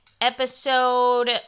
episode